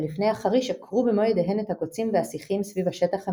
ולפני החריש עקרו במו ידיהן את הקוצים והשיחים סביב השטח המיועד.